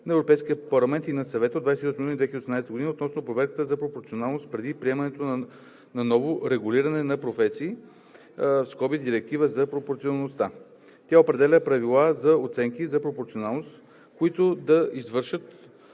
на Европейския парламент и на Съвета от 28 юни 2018 г. относно проверката за пропорционалност преди приемането на ново регулиране на професии (Директива за пропорционалността). Тя определя правила за оценки за пропорционалност, които да се извършват